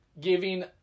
giving